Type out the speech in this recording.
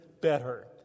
better